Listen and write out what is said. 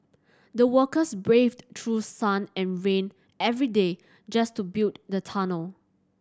the workers braved through sun and rain every day just to build the tunnel